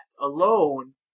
alone